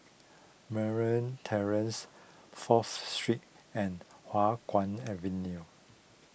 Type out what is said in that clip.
Murray Terrace Fourth Street and Hua Guan Avenue